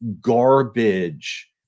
garbage